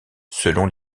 selon